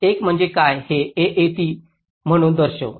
1 म्हणजे काय हे AAT म्हणून दर्शवू